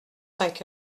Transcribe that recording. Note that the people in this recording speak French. cinq